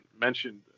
mentioned